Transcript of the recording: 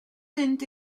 mynd